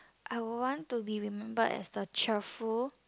I want to be remembered as the cheerful